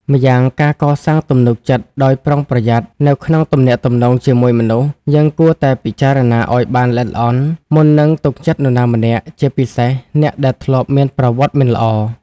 ម្យ៉ាងការកសាងទំនុកចិត្តដោយប្រុងប្រយ័ត្ននៅក្នុងទំនាក់ទំនងជាមួយមនុស្ស យើងគួរតែពិចារណាឱ្យបានល្អិតល្អន់ មុននឹងទុកចិត្តនរណាម្នាក់ ជាពិសេសអ្នកដែលធ្លាប់មានប្រវត្តិមិនល្អ ។